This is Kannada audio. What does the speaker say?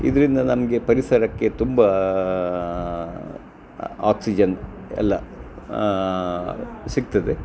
ಇದರಿಂದ ನಮಗೆ ಪರಿಸರಕ್ಕೆ ತುಂಬ ಆಕ್ಸಿಜನ್ ಎಲ್ಲ ಸಿಗ್ತದೆ